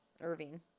Irving